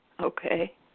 Okay